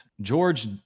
George